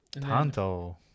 Tanto